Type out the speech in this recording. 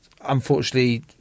unfortunately